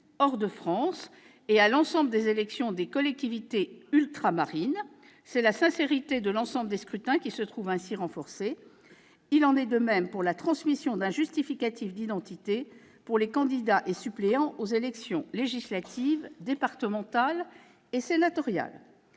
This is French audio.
hors de France et à l'ensemble des élections des collectivités ultramarines, c'est la sincérité de l'ensemble des scrutins qui se trouve ainsi renforcée. Il en est de même pour la transmission d'un justificatif d'identité pour les candidats et suppléants aux élections législatives, départementales et sénatoriales.